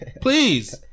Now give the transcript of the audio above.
Please